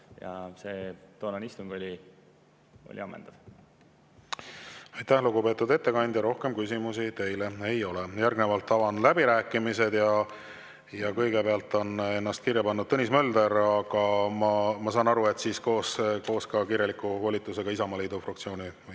[antud vastused] olid ammendavad. Aitäh, lugupeetud ettekandja! Rohkem küsimusi teile ei ole. Järgnevalt avan läbirääkimised. Kõigepealt on ennast kirja pannud Tõnis Mölder, ma saan aru, et koos kirjaliku volitusega Isamaa fraktsiooni